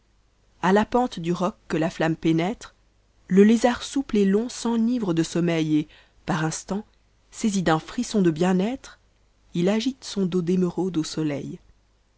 a la pente du roc que la mamme pénètre le lézard souple et long s'enivre de sommeil et par instants saisi d'an frisson de bien-être il agite son dos d'émeraude an soleil